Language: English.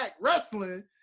Wrestling